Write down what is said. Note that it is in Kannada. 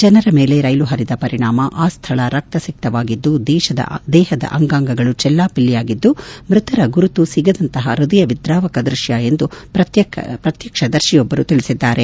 ಜನರ ಮೇಲೆ ರೈಲು ಹರಿದ ಪರಿಣಾಮ ಆ ಸ್ಥಳ ರಕ್ತಸಿಕ್ತವಾಗಿದ್ದು ದೇಹದ ಅಂಗಾಂಗಳು ಚೆಲ್ಡಾಪಿಲ್ಲಿಯಾಗಿದ್ದು ಮೃತರ ಗುರುತು ಸಿಗದಂತಹ ಹೃದಯವಿದ್ರಾವಕ ದೃಶ್ಯ ಎಂದು ಪ್ರತ್ಯಕ್ಷದರ್ಶಿಯೊಬ್ಬರು ತಿಳಿಸಿದ್ದಾರೆ